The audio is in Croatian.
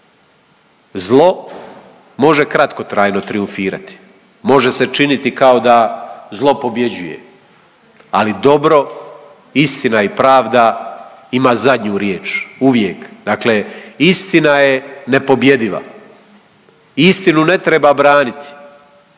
zlo može kratkotrajno trijumfirati, može se činiti kao da zlo pobjeđuje, ali dobro istina i pravda ima zadnju riječ uvijek. Dakle, istina je nepobjediva i istinu ne treba braniti,